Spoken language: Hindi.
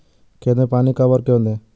खेत में पानी कब और क्यों दें?